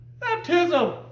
Baptism